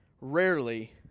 rarely